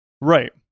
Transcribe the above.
Right